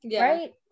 right